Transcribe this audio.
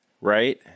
right